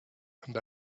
and